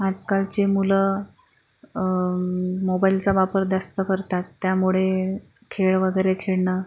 आजकालचे मुलं मोबाईलचा वापर जास्त करतात त्यामुळे खेळ वगैरे खेळणं